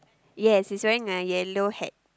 yes he's wearing a yellow hat